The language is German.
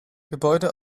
gebäude